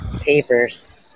papers